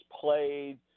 played